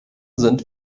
sind